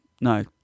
no